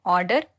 Order